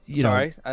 Sorry